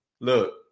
look